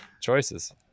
choices